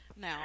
now